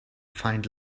find